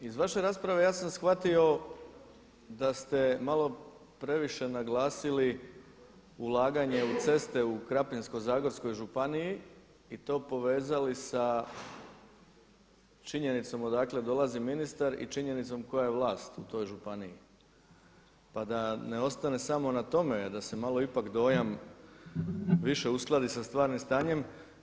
Iz vaše rasprave ja sam shvatio da ste malo previše naglasili ulaganje u ceste u Krapinsko-zagorskoj županiji i to povezali sa činjenicom odakle dolazi ministar i činjenicom koja je vlast u toj županiji pa da ne ostane samo na tome da se malo ipak dojam više uskladi sa stvarnim stanjem.